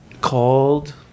called